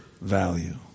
value